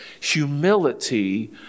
Humility